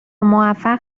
موفق